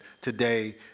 today